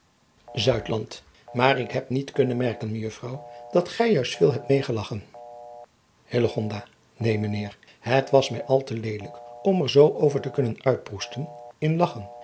aar ik heb niet kunnen merken ejuffrouw dat gij juist veel hebt meêgelagchen een ijnheer et was mij al te leelijk om er zoo over te kunnen uitproesten in lagchen